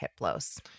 Hiplos